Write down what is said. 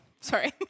Sorry